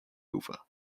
over